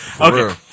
okay